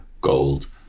Gold